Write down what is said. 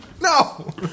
No